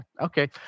Okay